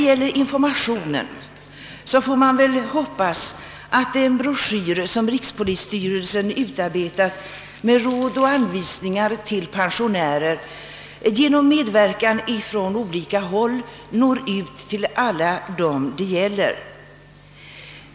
Vad informationen beträffar får man väl hoppas att den broschyr som nu rikspolisstyrelsen utarbetat med råd och anvisningar till pensionärer skall genom medverkan från olika håll nå ut till alla dem det gäller.